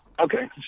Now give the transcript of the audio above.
Okay